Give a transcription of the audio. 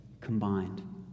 combined